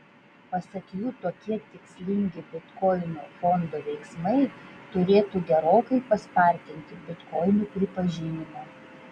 pasak jų tokie tikslingi bitkoinų fondo veiksmai turėtų gerokai paspartinti bitkoinų pripažinimą